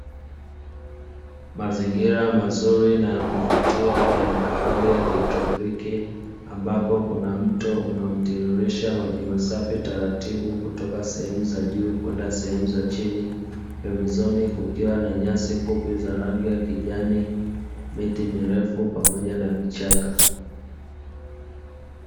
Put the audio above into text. Mazingira mazuri na ya kuvutia ya hali ya kitropiki, ambapo kuna mto unaotiririsha maji masafi taratibu kutoka sehemu za juu kwenda sehemu za chini, pembezoni kukiwa na nyasi fupi za rangi ya kijani, miti mirefu pamoja na vichaka.